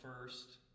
first